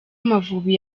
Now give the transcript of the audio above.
amavubi